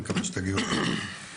נקווה שתגיעו לזה.